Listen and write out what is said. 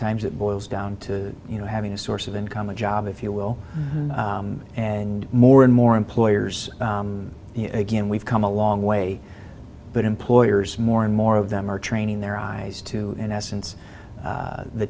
times it boils down to you know having a source of income a job if you will and more and more employers again we've come a long way but employers more and more of them are training their eyes to in essence the t